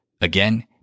Again